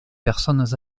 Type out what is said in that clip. personnes